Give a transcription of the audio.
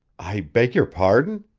i beg your pardon!